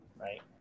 Right